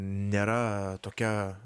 nėra tokia